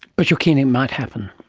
but you're keen it might happen?